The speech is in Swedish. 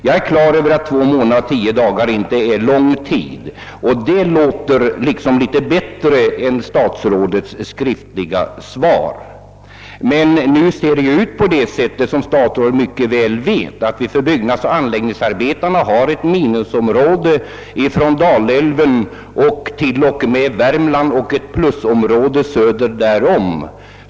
Jag är klar över att två månader och tio dagar inte är någon lång tid det låter liksom litet bättre när statsrådet säger detta än när han använder den formulering som återfinns i själva frågesvaret. Men nu är det ju så, som statsrådet väl vet, att vi för byggnadsoch anläggningsarbetarna har ett minusområde norr om en gräns från Dalälven till och med Värmland och ett plusområde söder därom.